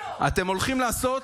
אתם הולכים לעשות,